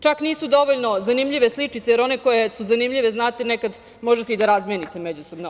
Čak nisu dovoljno zanimljive sličice, jer one koje su zanimljive, znate, nekada možete i da razmenite međusobno.